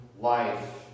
life